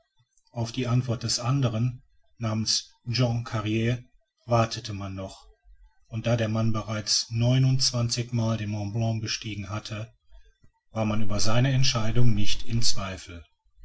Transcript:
auf die antwort eines andern namens jean carrier wartete man noch und da der mann bereits neunundzwanzig mal den mont blanc bestiegen hatte war man über seine entscheidung nicht in zweifel